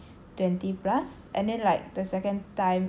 twenty plus and then like the second time is